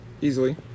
easily